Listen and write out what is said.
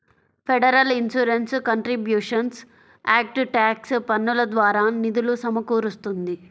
federal insurance contributions act tax పన్నుల ద్వారా నిధులు సమకూరుస్తుంది